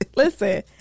Listen